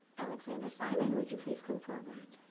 alexandra simon, would you please come forward?